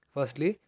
Firstly